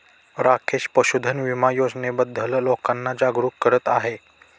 राकेश पशुधन विमा योजनेबद्दल लोकांना जागरूक करत आहे